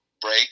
break